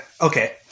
Okay